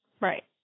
Right